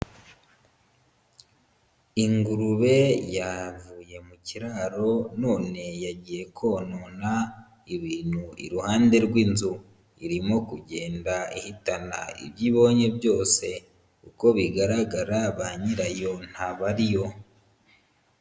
Ingurube yavuye mu kiraro none yagiye konona ibintu iruhande rw'inzu, irimo kugenda ihitana ibyo ibonye byose uko bigaragara ba nyirayo ntabariyo.